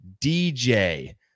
DJ